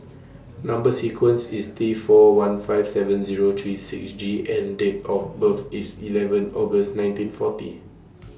Number sequence IS T four one five seven Zero three six G and Date of birth IS eleven August nineteen forty